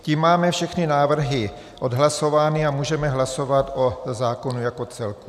Tím máme všechny návrhy odhlasovány a můžeme hlasovat o zákonu jako celku.